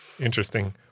Interesting